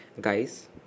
Guys